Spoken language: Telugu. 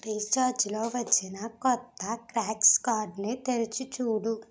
రీఛార్జ్లో వచ్చిన కొత్త స్క్రాచ్ కార్డ్ని తెరచి చూడు